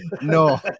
no